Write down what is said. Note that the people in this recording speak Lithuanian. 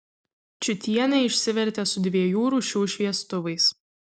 čiutienė išsivertė su dviejų rūšių šviestuvais